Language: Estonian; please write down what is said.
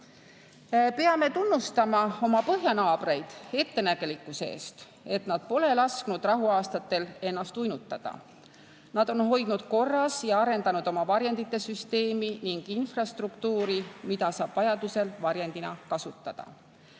tunnustama oma põhjanaabreid ettenägelikkuse eest, et nad pole lasknud rahuaastatel ennast uinutada. Nad on hoidnud korras ja arendanud oma varjendite süsteemi ning infrastruktuuri, mida saab vajadusel varjendina kasutada.